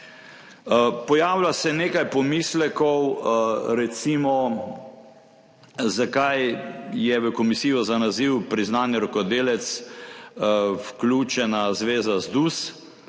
Pojavlja se nekaj pomislekov, recimo, zakaj je v komisijo za naziv priznani rokodelec vključen ZDUS.